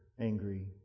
angry